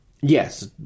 Yes